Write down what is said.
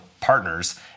partners